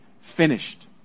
Finished